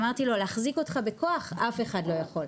אמרתי לו להחזיק אותך בכוח אף אחד לא יכול,